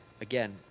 again